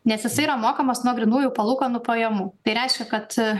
nes jisai yra mokamas nuo grynųjų palūkanų pajamų tai reiškia kad